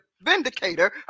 vindicator